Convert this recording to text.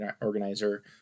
organizer